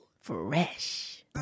fresh